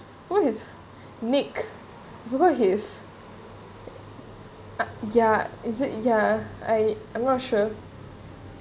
what his nick I forgot his ya is it ya I I'm not sure